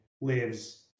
lives